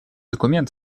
документ